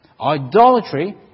Idolatry